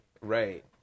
Right